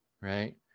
right